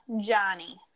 Johnny